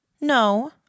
No